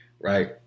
Right